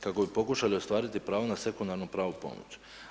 Kako bi pokušali ostvariti prava na sekundarnu, pravnu pomoć.